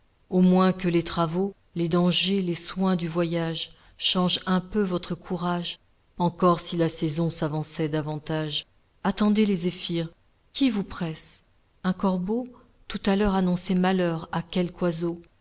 au moins que les travaux les dangers les soins du voyage changent un peu votre courage encor si la saison s'avançait davantage attendez les zéphyrs qui vous presse un corbeau tout à l'heure annonçait malheur à quelque oiseau